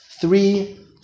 three